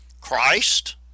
Christ